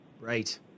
Right